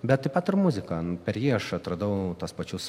bet taip pat ir muzika per jį aš atradau tuos pačius